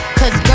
cause